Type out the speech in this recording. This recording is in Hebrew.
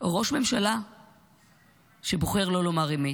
או ראש ממשלה שבוחר לא לומר אמת.